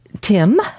Tim